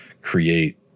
create